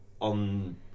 on